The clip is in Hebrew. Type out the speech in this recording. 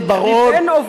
חבר הכנסת בר-און.